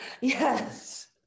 Yes